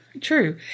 True